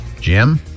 Jim